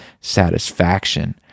satisfaction